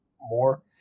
more